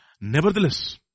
Nevertheless